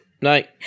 Night